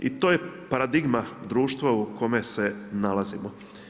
I to je paradigma društva u kome se nalazimo.